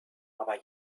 aber